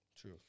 True